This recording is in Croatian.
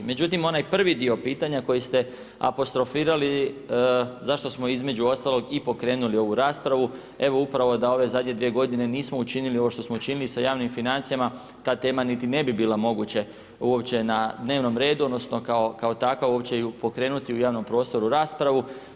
Međutim, onaj prvi dio pitanja koji ste apostrofirali zašto smo između ostalog i pokrenuli ovu raspravu evo upravo da ove zadnje dvije godine nismo učinili ovo što smo učinili sa javnim financijama, ta tema ne bi bila moguće uopće na dnevnom redu, odnosno kao takva uopće ju pokrenuti u javnom prostoru raspravu.